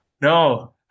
No